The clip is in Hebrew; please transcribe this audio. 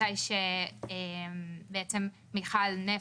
מיכל נפט,